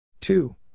Two